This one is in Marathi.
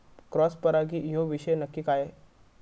क्रॉस परागी ह्यो विषय नक्की काय?